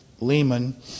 Lehman